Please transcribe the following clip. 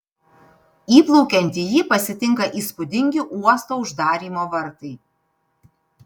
įplaukiant į jį pasitinka įspūdingi uosto uždarymo vartai